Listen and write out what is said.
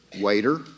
waiter